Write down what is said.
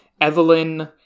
Evelyn